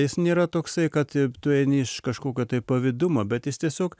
jis nėra toksai kad tu eini iš kažkokio pavydumo bet jis tiesiog